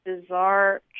bizarre